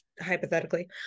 Hypothetically